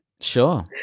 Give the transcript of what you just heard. Sure